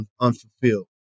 unfulfilled